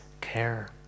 care